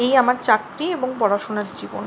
এই আমার চাকরি এবং পড়াশোনার জীবন